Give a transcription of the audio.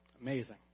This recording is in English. Amazing